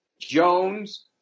Jones